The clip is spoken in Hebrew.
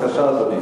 אדוני